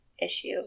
issue